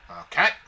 Okay